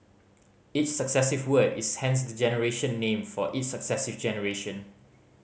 each successive word is hence the generation name for each successive generation